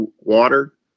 water